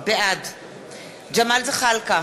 בעד ג'מאל זחאלקה,